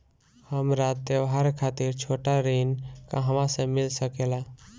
हमरा त्योहार खातिर छोटा ऋण कहवा मिल सकेला?